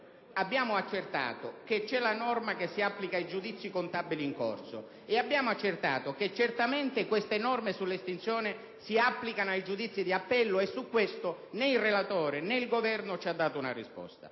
abbiamo accertato che c'è la norma che si applica ai giudizi contabili in corso e che certamente queste norme sull'estinzione si applicano ai giudizi d'appello, però su questo né il relatore né il Governo ci hanno dato una risposta;